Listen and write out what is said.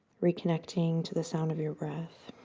reconnecting to the sound of your breath.